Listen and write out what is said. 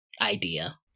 idea